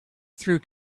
through